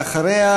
ואחריה,